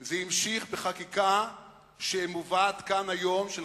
זה המשיך בחקיקה שמובאת כאן היום,